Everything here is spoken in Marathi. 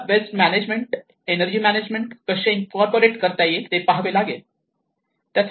आपल्याला वेस्ट मॅनेजमेंट एनर्जी मॅनेजमेंट कसे इन्कॉर्पोरेट करता येईल ते पहावे लागेल